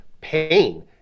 pain